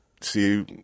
see